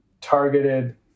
targeted